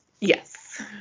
Yes